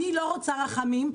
אני לא רוצה רחמים,